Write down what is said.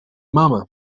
mama